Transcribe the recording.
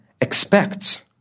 expects